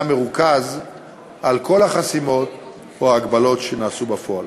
מרוכז על כל החסימות או ההגבלות שנעשו בפועל.